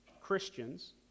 Christians